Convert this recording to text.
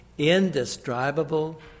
indescribable